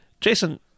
Jason